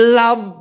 love